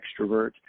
extrovert